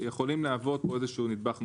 יכולים להוות פה איזה שהוא נדבך נוסף.